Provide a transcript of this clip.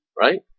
Right